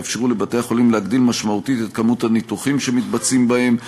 שיאפשרו לבתי-החולים להגדיל משמעותית את כמות הניתוחים שמתבצעים בהם,